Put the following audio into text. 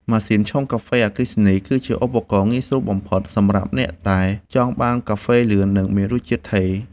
ម៉ាស៊ីនឆុងកាហ្វេអគ្គិសនី គឺជាឧបករណ៍ងាយស្រួលបំផុតសម្រាប់អ្នកដែលចង់បានកាហ្វេលឿន និងមានរសជាតិថេរ។